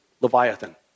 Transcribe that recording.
Leviathan